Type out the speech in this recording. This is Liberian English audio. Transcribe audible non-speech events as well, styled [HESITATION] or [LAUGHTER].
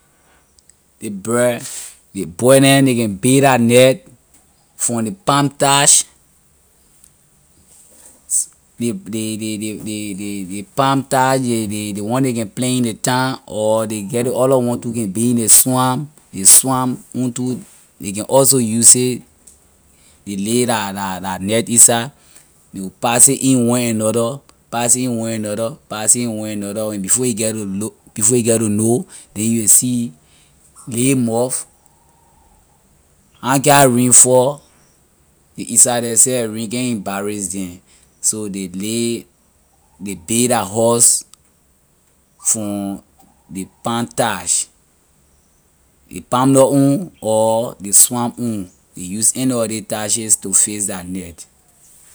Ley bird, ley bird neh ley can build la net from ley palmtach [HESITATION] palmtach ley ley ley one ley can plant in the town or ley get ley other one too can be in ley swamp ley swamp own too ley can also use it ley lay la la net in side you pass in one another pass it in one another pass it in one another and before you get to before you get to know then you will see ley mouth I na care how rain fall ley inside the seh rain can't embarass them so they lay ley build la house from ley palmtach ley palm nut own or ley swamp own ley use any of ley taches to fix la net.